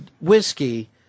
whiskey